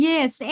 Yes